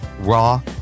raw